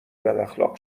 بداخلاق